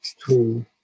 true